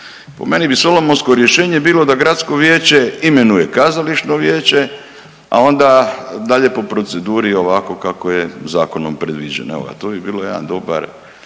Po meni bi solomonsko rješenje bilo da gradsko vijeće imenuje kazališno vijeće, a onda dalje po proceduri ovako kako je zakonom predviđeno, evo ga, to bi bilo jedan dobar,